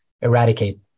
eradicate